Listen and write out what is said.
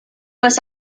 was